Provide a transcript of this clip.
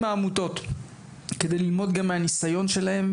העמותות כדי ללמוד גם מהניסיון שלהם